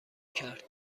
کرد